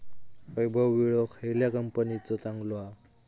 वैभव विळो खयल्या कंपनीचो चांगलो हा?